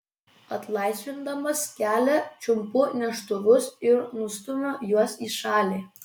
atlaisvindamas kelią čiumpu neštuvus ir nustumiu juos į šalį